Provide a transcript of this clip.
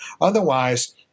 Otherwise